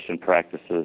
practices